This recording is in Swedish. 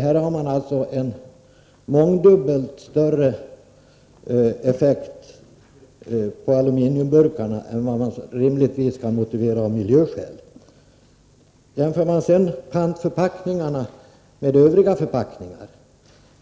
Förslaget har alltså en mångdubbelt större effekt på aluminiumburkarna än vad som rimligtvis kan motiveras av miljöskäl. Jämför man sedan pantförpackningarna med övriga förpackningar,